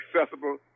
accessible